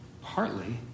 partly